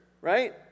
right